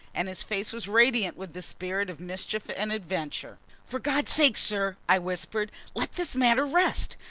and his face was radiant with the spirit of mischief and adventure. for god's sake, sir, i whispered, let this matter rest.